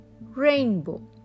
rainbow